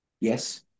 yes